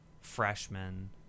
freshmen